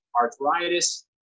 arthritis